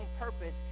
purpose